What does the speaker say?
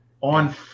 on